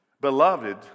beloved